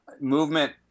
movement